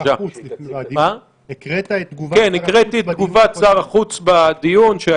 גם הקראת את תגובת שר החוץ בדיון הקודם.